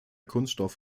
kunststoff